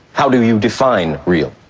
how do you define real?